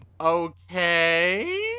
Okay